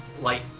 Light